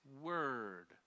word